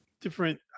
different